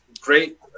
great